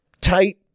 tight